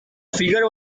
figure